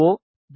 O we